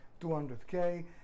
200K